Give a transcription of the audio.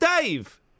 Dave